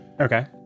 Okay